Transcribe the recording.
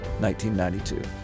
1992